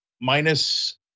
minus